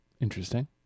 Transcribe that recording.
Interesting